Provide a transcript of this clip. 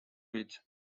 which